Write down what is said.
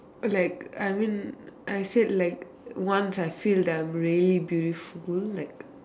like I mean I said like once I feel the really beautiful like